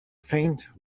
faint